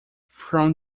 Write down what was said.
from